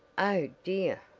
oh, dear!